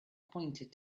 pointed